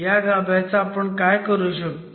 ह्या गाभ्याचं आपण काय करू शकतो